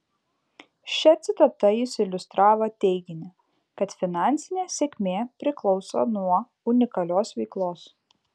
šia citata jis iliustravo teiginį kad finansinė sėkmė priklauso nuo unikalios veiklos